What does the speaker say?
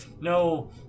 no